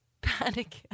Panic